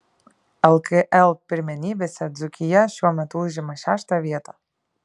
lkl pirmenybėse dzūkija šiuo metu užima šeštą vietą